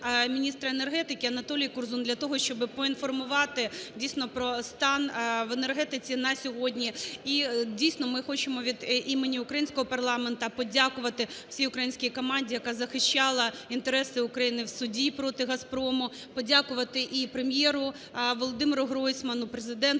міністра енергетики АнатолійКорзун для того, щоб поінформувати дійсно про стан в енергетиці на сьогодні. І, дійсно, ми хочемо від імені українського парламенту подякувати всій українській команді, яка захищала інтереси Україні в суді проти "Газпрому", подякувати і Прем'єру Володимиру Гройсману, Президенту